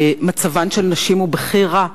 מצבן של נשים הוא בכי רע.